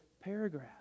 paragraph